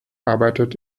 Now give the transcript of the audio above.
arbeitet